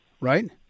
right